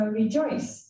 rejoice